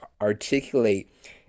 articulate